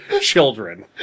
Children